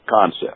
concept